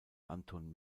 anton